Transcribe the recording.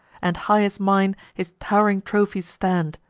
and high as mine his tow'ring trophies stand.